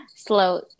slow